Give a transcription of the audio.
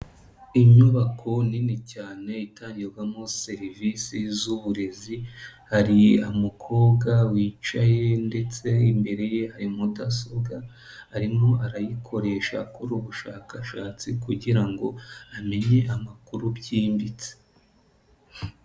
Inyubako nini cyane itangirwagamo serivisi z'uburezi, hari umukobwa wicaye ndetse imbere ye hari mudasobwa arimo arayikoresha akora ubushakashatsi kugira ngo amenye amakuru byimbitse.